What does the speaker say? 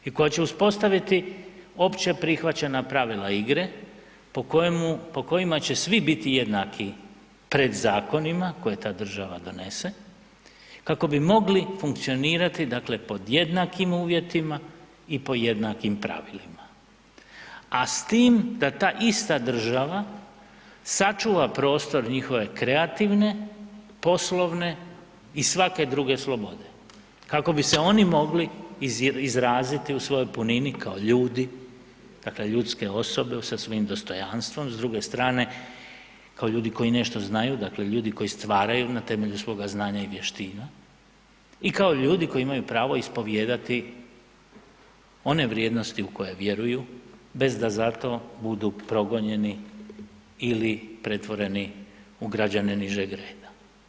I koja će uspostaviti opće prihvaćena pravila igre po kojima će svi biti jednaki pred zakonima koje ta država donese, kako bi mogli funkcionirati, dakle pod jednakim uvjetima i po jednakim pravilima, a s tim da ta ista država sačuva prostor njihove kreativne, poslovne i svake druge slobode kako bi se oni mogli izraziti u svojoj punini kao ljudi dakle ljudske osobe sa svojim dostojanstvom, s druge strane kao ljudi koji nešto znaju, dakle ljudi koji stvaraju na temelju svoga znanja i vještina i kao ljudi koji imaju pravo ispovijedati one vrijednosti u koje vjeruju bez da za to budu progonjeni ili pretvoreni u građane nižeg reda.